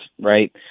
right